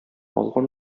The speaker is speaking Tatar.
алган